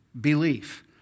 belief